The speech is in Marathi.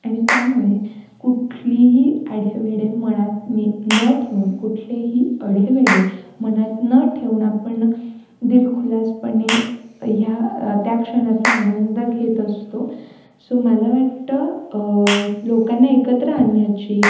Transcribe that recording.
आणि त्यामुळे कुठलीही आढेवेढे मनातनं न ठेऊन कुठलेही आढेवेढे मनात न ठेऊन आपण दिलखुलासपणे ह्या त्या क्षणाचा आनंद घेत असतो सो मला वाटतं लोकांना एकत्र आणण्याची